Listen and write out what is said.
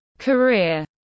career